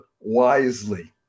wisely